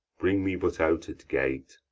bring me but out at gate